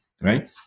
right